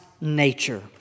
nature